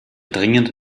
dringend